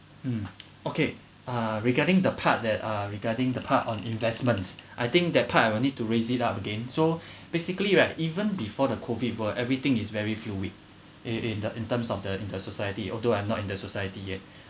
um okay uh regarding the part that uh regarding the part on investments I think that part I will need to raise it up again so basically right even before the COVID world everything is very fluid in in the in terms of the in the society although I'm not in the society yet